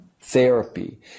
therapy